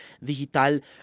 digital